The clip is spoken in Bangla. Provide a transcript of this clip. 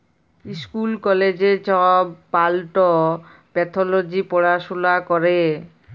ইস্কুল কলেজে ছব প্লাল্ট প্যাথলজি পড়াশুলা ক্যরে